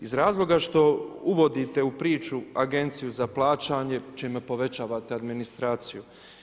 Iz razloga što uvodite u priču agenciju za plaćanje, čime povećavate administraciju.